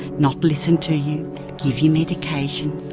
not listen to you, give you medication,